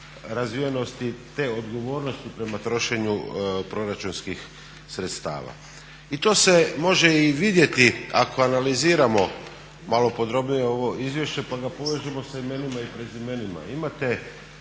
razvijenosti te odgovornosti prema trošenju proračunskih sredstava. I to se može i vidjeti ako analiziramo malo podrobnije ovo izvješće pa ga povežemo sa imenima i prezimenima.